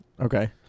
Okay